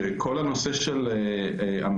שכל הנושא של המחאה,